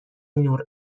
نور